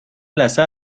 لثه